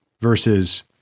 versus